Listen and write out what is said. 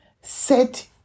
set